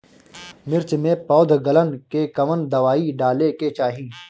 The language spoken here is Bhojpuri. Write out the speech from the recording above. मिर्च मे पौध गलन के कवन दवाई डाले के चाही?